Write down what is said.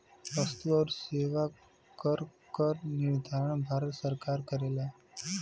वस्तु आउर सेवा कर क निर्धारण भारत सरकार करेला